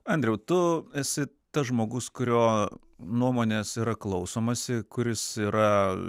andriau tu esi tas žmogus kurio nuomonės yra klausomasi kuris yra